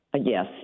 Yes